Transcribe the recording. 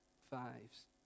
fives